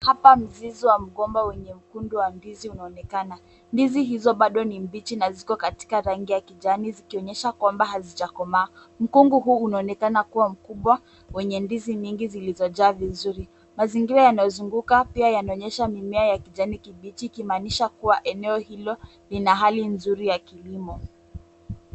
Hapa mzizi wa mgomba wenye mkungu wa ndizi unaonekana. Ndizi hizo bado ni mbichi na ziko katika rangi ya kijani zikionesha kwamba hazijakomaa. Mkungu huu unaonekana kuwa mkubwa wenye ndizi nyingi zilizojaa vizuri. Mazingira yanayozunguka pia yanaonesha mimea ya kijani kibichi ikimaanisha kuwa eneo hilo lina hali nzuri ya kilimo.